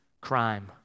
crime